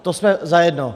To jsme zajedno.